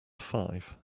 five